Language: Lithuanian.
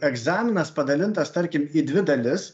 egzaminas padalintas tarkim į dvi dalis